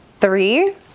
Three